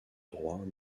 droit